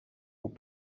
aux